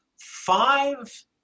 five